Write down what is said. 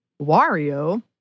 Wario